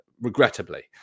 regrettably